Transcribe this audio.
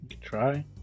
Try